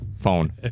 Phone